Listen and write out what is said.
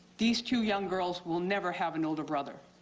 these two young girls will never have an older brother.